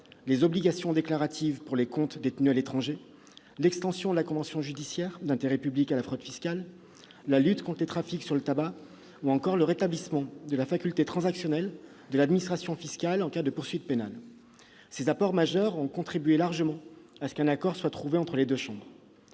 les obligations déclaratives pour les comptes détenus à l'étranger, l'extension de la convention judiciaire d'intérêt public à la fraude fiscale, la lutte contre les trafics sur le tabac ou encore le rétablissement de la faculté transactionnelle de l'administration fiscale en cas de poursuites pénales. Ces apports majeurs ont largement contribué à ce qu'un accord soit trouvé entre les deux chambres.